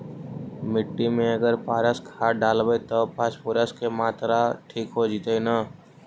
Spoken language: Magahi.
मिट्टी में अगर पारस खाद डालबै त फास्फोरस के माऋआ ठिक हो जितै न?